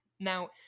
Now